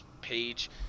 page